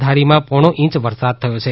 ધારીમાં પોણો ઇંચ વરસાદ થયો છે